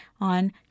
on